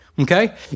Okay